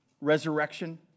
resurrection